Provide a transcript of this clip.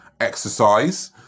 exercise